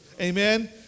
Amen